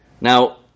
Now